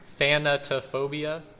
Thanatophobia